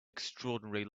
extraordinary